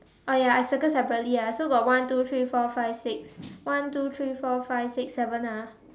oh ya I circle separately ah so got one two three four five six one two three four five six seven ah